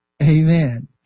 Amen